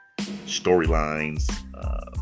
storylines